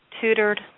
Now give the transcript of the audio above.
tutored